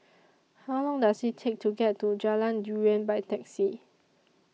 How Long Does IT Take to get to Jalan Durian By Taxi